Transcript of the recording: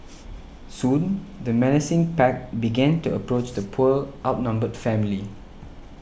soon the menacing pack began to approach the poor outnumbered family